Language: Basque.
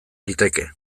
liteke